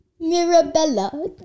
Mirabella